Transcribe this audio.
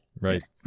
Right